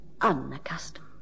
unaccustomed